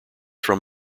from